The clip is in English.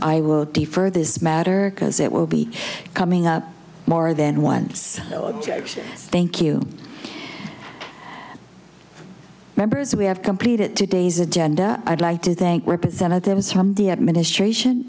i will defer this matter because it will be coming up more than once thank you members we have completed today's agenda i'd like to thank representatives from the administration